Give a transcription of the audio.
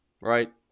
right